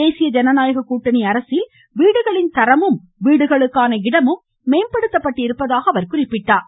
தேசிய ஜனநாயக கூட்டணி அரசில் வீடுகளின் தரமும் வீடுகளுக்கான இடமும் மேம்படுத்தப்பட்டிருப்பதாக குறிப்பிட்டார்